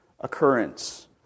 occurrence